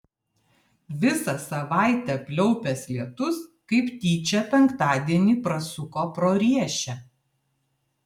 visą savaitę pliaupęs lietus kaip tyčia penktadienį prasuko pro riešę